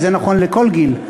וזה נכון לכל גיל,